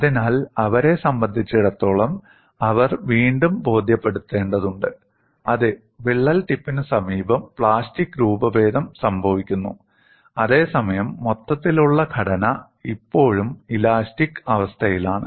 അതിനാൽ അവരെ സംബന്ധിച്ചിടത്തോളം അവർ വീണ്ടും ബോധ്യപ്പെടുത്തേണ്ടതുണ്ട് അതെ വിള്ളൽ ടിപ്പിന് സമീപം പ്ലാസ്റ്റിക് രൂപഭേദം സംഭവിക്കുന്നു അതേസമയം മൊത്തത്തിലുള്ള ഘടന ഇപ്പോഴും ഇലാസ്റ്റിക് അവസ്ഥയിലാണ്